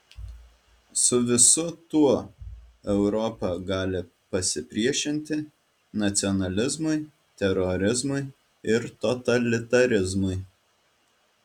su visu tuo europa gali pasipriešinti nacionalizmui terorizmui ir totalitarizmui